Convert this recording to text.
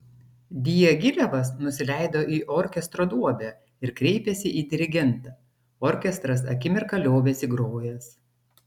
diagilevas nusileido į orkestro duobę ir kreipėsi į dirigentą orkestras akimirką liovėsi grojęs